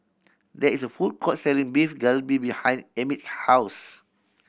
there is a food court selling Beef Galbi behind Emmit's house